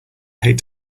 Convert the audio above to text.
hate